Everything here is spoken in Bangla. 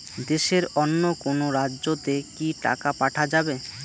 দেশের অন্য কোনো রাজ্য তে কি টাকা পাঠা যাবে?